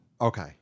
Okay